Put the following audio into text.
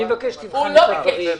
אני מבקש שתבחן את הדברים.